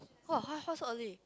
!woah! why so early